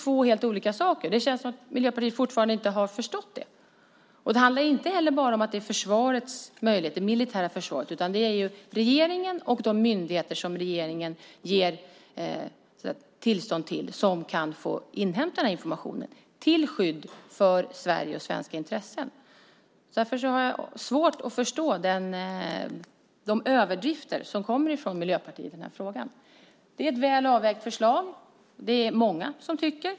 Det känns som att Miljöpartiet fortfarande inte har förstått att det är två helt olika saker. Det handlar inte bara om det militära försvarets möjligheter, utan det är regeringen och de myndigheter som regeringen ger tillstånd till som kan få inhämta information till skydd för Sverige och svenska intressen. Jag har därför svårt att förstå de överdrifter som kommer från Miljöpartiet i denna fråga. Det är ett väl avvägt förslag; det är det många som tycker.